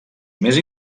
més